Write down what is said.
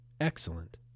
excellent